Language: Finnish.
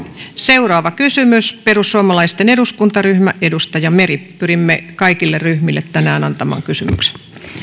seuraava kysymys perussuomalaisten eduskuntaryhmä edustaja meri pyrimme kaikille ryhmille tänään antamaan kysymyksen